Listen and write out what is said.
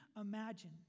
imagine